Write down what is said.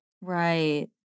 Right